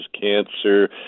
cancer